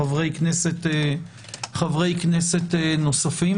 חברי כנסת נוספים.